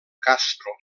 castro